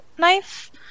Knife